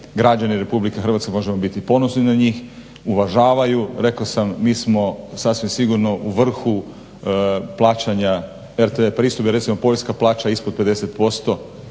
građani Republike Hrvatske možemo biti ponosni na njih uvažavaju rekao sam mi smo sasvim sigurno u vrhu plaćanja RTV pristojbe. Recimo Poljska plaća ispod 50%